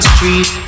Street